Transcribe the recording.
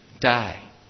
die